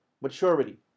maturity